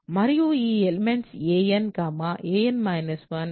మరియు ఈ elements a n a n 1